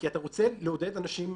כי אתה רוצה לעודד אנשים,